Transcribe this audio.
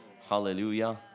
Hallelujah